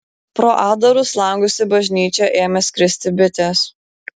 pro atdarus langus į bažnyčią ėmė skristi bitės